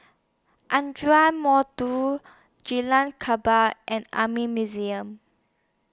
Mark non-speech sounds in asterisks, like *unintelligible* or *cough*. Ardmore two G Lam *unintelligible* and Army Museum